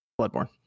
Bloodborne